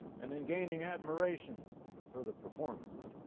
and in gaining admiration for the performance.